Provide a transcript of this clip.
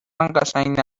قشنگ